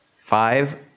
five